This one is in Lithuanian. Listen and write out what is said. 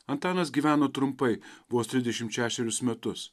antanas gyveno trumpai vos trisdešimt šešerius metus